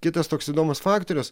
kitas toks įdomus faktorius